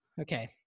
okay